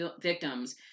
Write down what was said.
victims